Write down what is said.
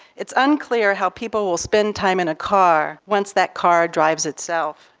it's unclear how people will spend time in a car once that car drivers itself,